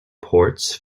ports